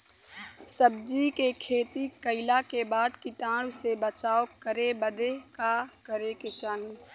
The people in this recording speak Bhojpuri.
सब्जी के खेती कइला के बाद कीटाणु से बचाव करे बदे का करे के चाही?